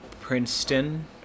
Princeton